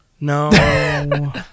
No